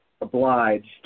obliged